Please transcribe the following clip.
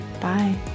bye